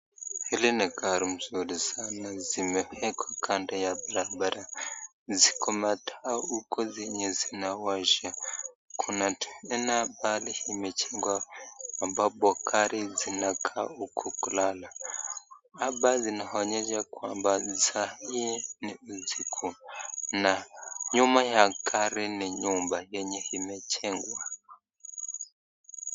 Hili ni gari mzuri sana limeekwa kando ya barabara, ziko na mataa huko zenye zinawasha, kuna mahali tena imejengwa amapo gari zinakaa huko kulala, hapa zinaonyesha kwamba sahii ni usiku na nyuma ya gari ni nyumba yenye imejengwa.